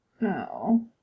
No